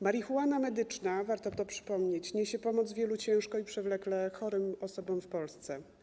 Marihuana medyczna - warto to przypomnieć - niesie pomoc wielu ciężko i przewlekle chorym osobom w Polsce.